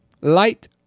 Light